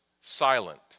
silent